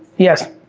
yes.